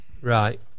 Right